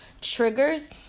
Triggers